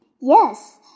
Yes